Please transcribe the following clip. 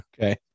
Okay